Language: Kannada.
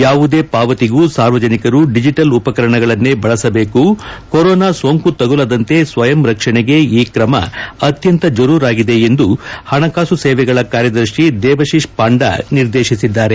ಯಾವುದೇ ಪಾವತಿಗೂ ಸಾರ್ವಜನಿಕರು ಡಿಜಿಟಲ್ ಉಪಕರಣಗಳನ್ನೇ ಬಳಸಬೇಕು ಕೊರೋನಾ ಸೋಂಕು ತಗುಲದಂತೆ ಸ್ವಯಂ ರಕ್ಷಣೆಗೆ ಈ ತ್ರಮ ಅತ್ಯಂತ ಜರೂರಾಗಿದೆ ಎಂದು ಪಣಕಾಸು ಸೇವೆಗಳ ಕಾರ್ಯದರ್ತಿ ದೇಬತಿಶ್ಪಾಂಡಾ ನಿರ್ದೇಶಿಸಿದ್ದಾರೆ